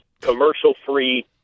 commercial-free